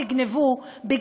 "נגנבו" במירכאות,